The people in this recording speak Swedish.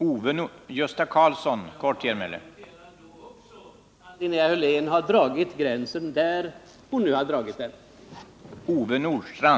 Herr talman! Jag noterar då att Linnea Hörlén har dragit gränsen just där hon dragit den.